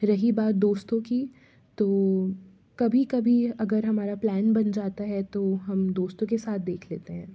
रही बात दोस्तों की तो कभी कभी अगर हमर प्लैन बन जाता है तो हम दोस्तों के साथ देख लेते हैं